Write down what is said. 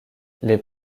les